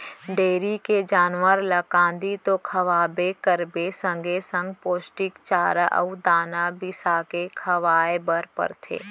dairy के जानवर ल कांदी तो खवाबे करबे संगे संग पोस्टिक चारा अउ दाना बिसाके खवाए बर परथे